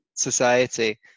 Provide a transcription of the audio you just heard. Society